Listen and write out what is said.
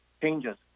changes